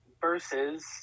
versus